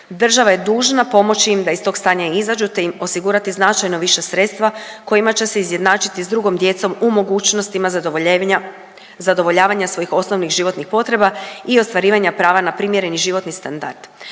država je dužna pomoći im da iz tog stanja izađu te im osigurati značajno više sredstva kojima će se izjednačiti s drugom djecom u mogućnostima zadovoljenja, zadovoljavanja svojih osnovnih životnih potreba i ostvarivanja prava na primjereni životni standard.